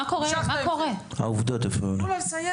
העובדות הפריעו לה.